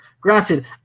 Granted